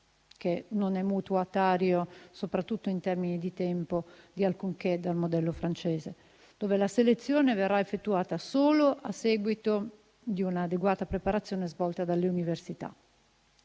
che non è mutuatario, soprattutto in termini di tempo, di alcunché dal modello francese, dove la selezione verrà effettuata solo a seguito di un'adeguata preparazione svolta dalle università.